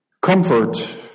Comfort